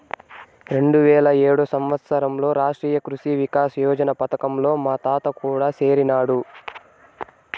రెండువేల ఏడు సంవత్సరంలో రాష్ట్రీయ కృషి వికాస్ యోజన పథకంలో మా తాత కూడా సేరినాడు